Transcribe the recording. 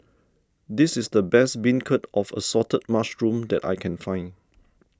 this is the best Beancurd of Assorted Mushrooms that I can find